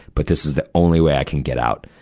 but this is the only way i can get out.